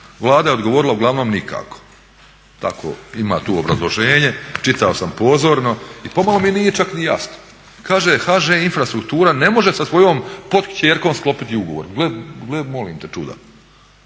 Vlada je odgovorila uglavnom nikako. Tako, ima tu obrazloženje, čitao sam pozorno i pomalo mi nije čak ni jasno. Kaže HŽ infrastruktura ne može sa svojom pokćerkom sklopiti ugovor. Gle molim te čuda,